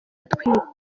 atwite